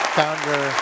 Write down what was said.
founder